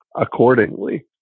accordingly